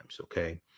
okay